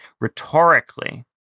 rhetorically